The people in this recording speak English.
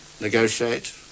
negotiate